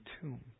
tomb